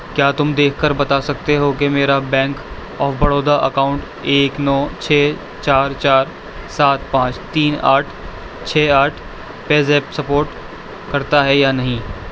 کیا تم دیکھ کر بتا سکتے ہو کہ میرا بینک آف بروڈا اکاؤنٹ ایک نو چھ چار چار سات پانچ تین آٹھ چھ آٹھ پے زیپ سپوٹ کرتا ہے یا نہیں